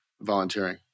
volunteering